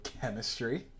chemistry